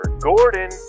Gordon